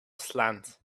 slant